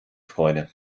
freude